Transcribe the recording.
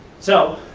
so,